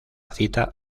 cita